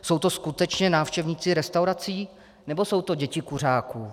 Jsou to skutečně návštěvníci restaurací, nebo jsou to děti kuřáků?